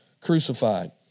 crucified